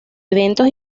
eventos